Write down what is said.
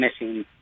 missing